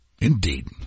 Indeed